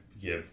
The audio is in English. give